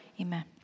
Amen